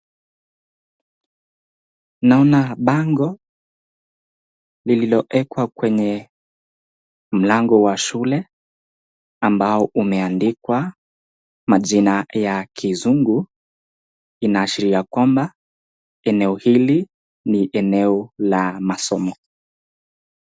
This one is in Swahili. Naona bango liliwekwa kwenye mlango wa shule ambao umeandikwa majina ya Kizungu. Inaashiria kwamba eneo hili ni eneo la masomo.